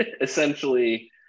essentially